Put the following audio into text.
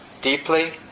deeply